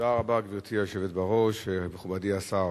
גברתי היושבת בראש, תודה רבה, מכובדי השר,